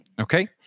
Okay